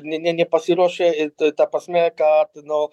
ne ne nepasiruošę ir ta prasme kad nu